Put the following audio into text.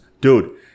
dude